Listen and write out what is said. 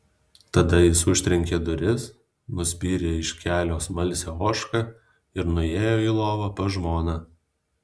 tada jis užtrenkė duris nuspyrė iš kelio smalsią ožką ir nuėjo į lovą pas žmoną